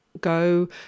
go